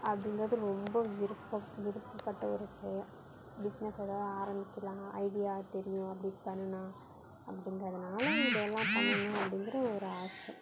அப்படிங்கிறது ரொம்ப விருப்பம் விருப்பப்பட்ட ஒரு செயல் பிஸ்னஸ் ஏதாவது ஆரம்பிக்கலாம் ஐடியா தெரியும் அப்படி பண்ணால் அப்படிங்கிறதுனால இதெல்லாம் பண்ணணும் அப்படிங்கிற ஒரு ஆசை